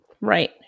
Right